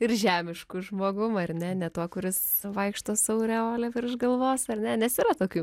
ir žemišku žmogum ar ne ne tuo kuris vaikšto su aureole virš galvos ar ne nes yra tokių